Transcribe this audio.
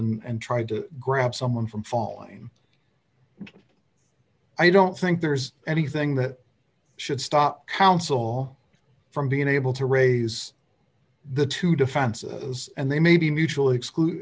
and try to grab someone from falling and i don't think there's anything that should stop council from being able to raise the two defenses and they may be mutually exclusive